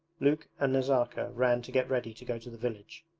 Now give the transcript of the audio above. luke and nazarka ran to get ready to go to the village.